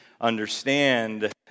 understand